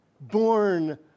Born